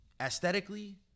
aesthetically